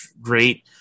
great